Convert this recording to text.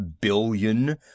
billion